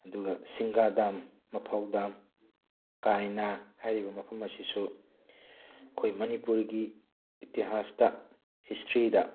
ꯑꯗꯨꯒ ꯁꯤꯡꯗꯥ ꯗꯥꯝ ꯃꯐꯧ ꯗꯥꯝ ꯀꯥꯏꯅꯥ ꯍꯥꯏꯔꯤꯕ ꯃꯐꯝ ꯑꯁꯤꯁꯨ ꯑꯩꯈꯣꯏ ꯃꯅꯤꯄꯨꯔꯒꯤ ꯏꯇꯤꯍꯥꯁꯇ ꯍꯤꯁꯇ꯭ꯔꯤꯗ